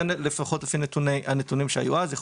זה לפי הנתונים שהיו אז.